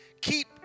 Keep